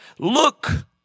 Look